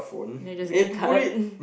then you just get card